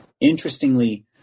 interestingly